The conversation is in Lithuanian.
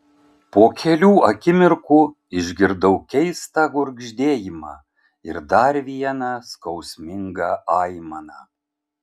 po kelių akimirkų išgirdau keistą gurgždėjimą ir dar vieną skausmingą aimaną